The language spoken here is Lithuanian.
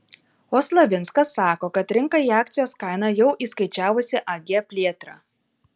o slavinskas sako kad rinka į akcijos kainą jau įskaičiavusi ag plėtrą